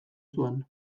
zuen